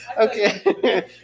okay